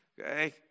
okay